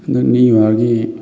ꯍꯟꯗꯛ ꯅꯤꯌꯨ ꯌꯥꯔꯒꯤ